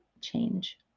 change